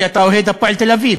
כי אתה אוהד "הפועל תל-אביב",